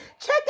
check